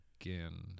again